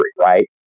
Right